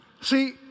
See